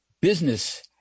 business